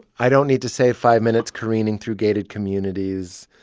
i don't need to save five minutes careening through gated communities.